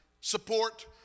Support